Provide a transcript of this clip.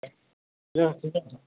এবার সেটা